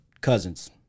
Cousins